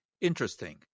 Interesting